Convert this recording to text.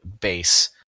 base